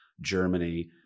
Germany